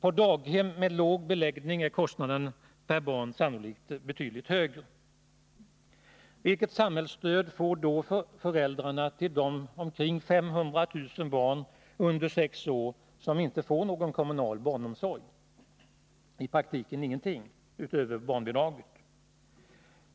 På daghem med låg beläggning är kostnaden per barn sannolikt betydligt högre. Vilket samhällsstöd får då föräldrarna till de omkring 500000 barn under sex år som inte får någon kommunal barnomsorg? I praktiken ingenting, utöver barnbidraget.